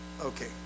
okay